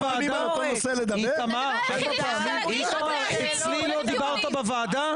אתם ואתם --- איתמר, אצלי לא דיברת בוועדה?